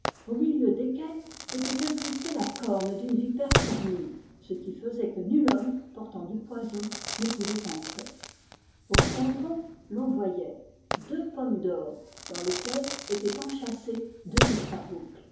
au milieu desquelles était incrustée la corne d'une vipère cornue ce qui faisait que nul homme portant du poison ne pouvait entrer au fronton l'on voyait deux pommes d'or dans lesquelles étaient enchâssées deux